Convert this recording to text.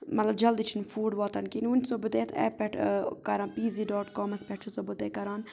مطلب جلدی چھِنہٕ فُڈ واتان کِہیٖنۍ وٕنہِ چھِسو بہٕ تۄہہِ یَتھ ایپہِ پٮ۪ٹھ کَران پیٖزی ڈاٹ کامَس پٮ۪ٹھ چھَسو بہٕ تۄہہِ کَران